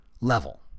level